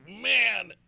man